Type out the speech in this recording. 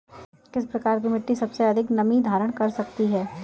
किस प्रकार की मिट्टी सबसे अधिक नमी धारण कर सकती है?